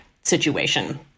situation